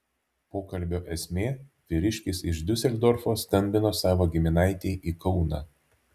pokalbio esmė vyriškis iš diuseldorfo skambino savo giminaitei į kauną